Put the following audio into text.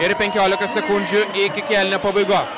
ir penkiolika sekundžių iki kėlinio pabaigos